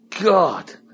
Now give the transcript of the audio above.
God